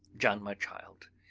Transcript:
john, my child,